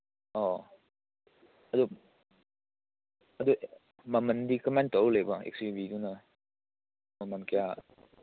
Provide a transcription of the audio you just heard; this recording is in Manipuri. ꯑꯧ ꯑꯗꯨ ꯑꯗꯨ ꯃꯃꯟꯗꯤ ꯀꯃꯥꯏꯅ ꯇꯧ ꯂꯩꯕ ꯑꯦꯛ ꯖꯤ ꯄꯤꯗꯨꯅ ꯃꯃꯟ ꯀꯌꯥ